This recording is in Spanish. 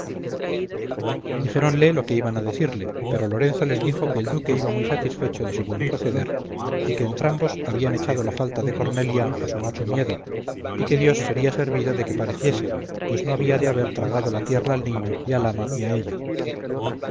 hermana dijéronle lo que iban a decirle pero lorenzo les dijo que el duque iba muy satisfecho de su buen proceder y que entrambos habían echado la falta de cornelia a su mucho miedo y que dios sería servido de que pareciese pues no había de haber tragado la tierra al niño y al ama y a ella